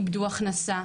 איבדו הכנסה,